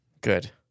Good